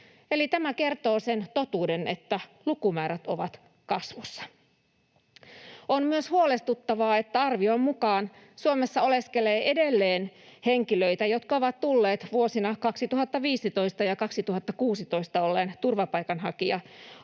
tämä kertoo sen totuuden, että lukumäärät ovat kasvussa. On myös huolestuttavaa, että arvion mukaan Suomessa oleskelee edelleen henkilöitä, jotka ovat tulleet vuosina 2015 ja 2016 olleen turvapaikanhakija-aallon